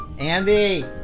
Andy